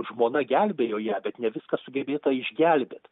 žmona gelbėjo ją bet ne viską sugebėta išgelbėt